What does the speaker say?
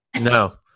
No